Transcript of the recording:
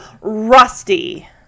rusty